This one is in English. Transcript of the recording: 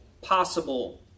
possible